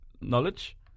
knowledge